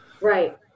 Right